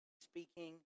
speaking